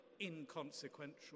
inconsequential